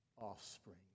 offspring